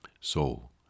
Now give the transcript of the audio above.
Soul